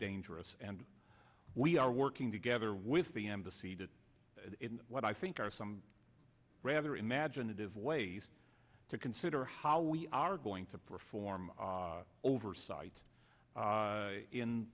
dangerous and we are working together with the embassy to what i think are some rather imaginative ways to consider how we are going to perform oversight